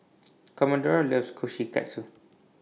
Commodore loves Kushikatsu